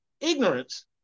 ignorance